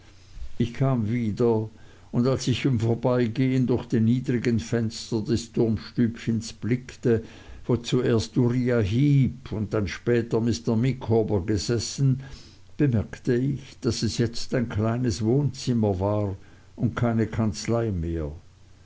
ich kam wieder und als ich im vorbeigehen durch die niedrigen fenster des turmstübchens blickte wo zuerst uriah heep und dann später mr micawber gesessen bemerkte ich daß es jetzt ein kleines wohnzimmer war und keine kanzlei mehr